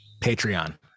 Patreon